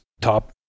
top